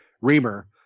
Reamer